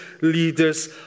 leaders